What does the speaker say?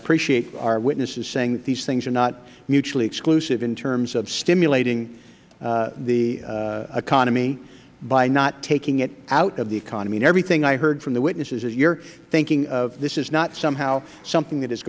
appreciate our witnesses saying that these things are not mutually exclusive in terms of stimulating the economy by not taking it out of the economy everything i heard from the witnesses is you are thinking that this is not somehow something that is